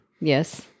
Yes